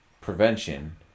prevention